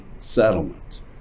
settlement